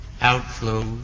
outflow